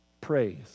praise